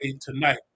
tonight